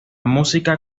música